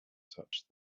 touched